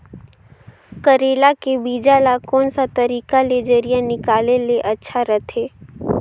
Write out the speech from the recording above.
करेला के बीजा ला कोन सा तरीका ले जरिया निकाले ले अच्छा रथे?